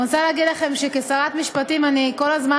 אני רוצה להגיד לכם שכשרת המשפטים אני כל הזמן